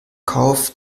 kauf